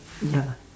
ya